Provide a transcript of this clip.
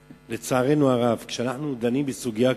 לצערנו הרב, כשאנחנו דנים בסוגיה כזאת,